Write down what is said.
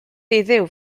heddiw